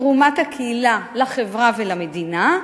ותרומת הקהילה לחברה ולמדינה,